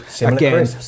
Again